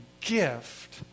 gift